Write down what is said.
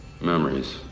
Memories